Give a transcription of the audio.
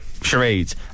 charades